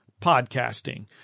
podcasting